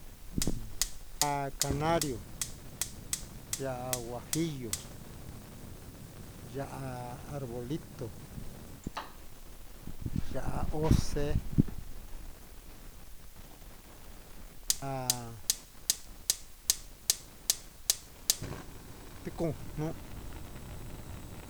Umm há canrio, ya'á huajillo, ya'á arbolito, ya'á oxe'e, ya'á tiko'o nu'u.